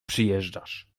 przyjeżdżasz